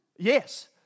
Yes